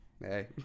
Hey